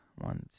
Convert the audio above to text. One